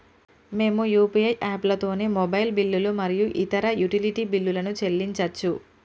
మేము యూ.పీ.ఐ యాప్లతోని మొబైల్ బిల్లులు మరియు ఇతర యుటిలిటీ బిల్లులను చెల్లించచ్చు